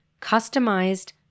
customized